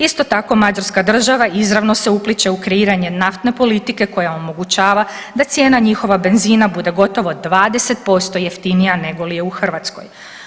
Isto tako Mađarska država izravno se upliće u kreiranje naftne politike koja omogućava da cijena njihova benzina bude gotovo 20% jeftinija negoli je u Hrvatskoj.